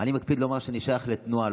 אני מקפיד לומר שאני שייך לתנועה,